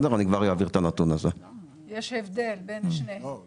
יש הבדל בין שניהם.